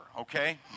Okay